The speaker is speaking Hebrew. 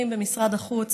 במשרד החוץ,